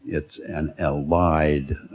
it's an allied